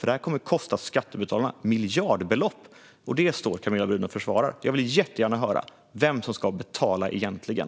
Det kommer att kosta skattebetalarna miljardbelopp, och det står Camilla Brodin och försvarar. Jag vill jättegärna höra vem som ska betala egentligen.